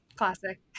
Classic